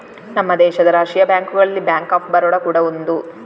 ನಮ್ಮ ದೇಶದ ರಾಷ್ಟೀಯ ಬ್ಯಾಂಕುಗಳಲ್ಲಿ ಬ್ಯಾಂಕ್ ಆಫ್ ಬರೋಡ ಕೂಡಾ ಒಂದು